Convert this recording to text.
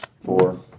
Four